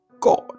God